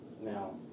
Now